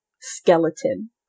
skeleton